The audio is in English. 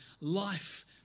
life